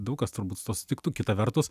daug kas turbūt su tuo susitiktų kita vertus